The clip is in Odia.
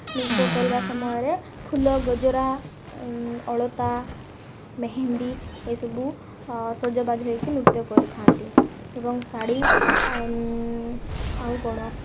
ନୃତ୍ୟ କରିବା ସମୟରେ ଫୁଲ ଗଜରା ଅଳତା ମେହେନ୍ଦି ଏସବୁ ସଜବାଜ ହୋଇକି ନୃତ୍ୟ କରିଥାନ୍ତି ଏବଂ ଶାଢ଼ୀ ଆଉ କ'ଣ